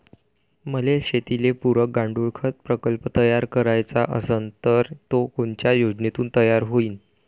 मले शेतीले पुरक गांडूळखत प्रकल्प तयार करायचा असन तर तो कोनच्या योजनेतून तयार होईन?